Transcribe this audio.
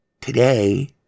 today